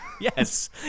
Yes